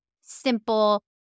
simple